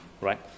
Right